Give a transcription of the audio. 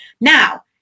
Now